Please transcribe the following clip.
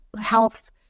health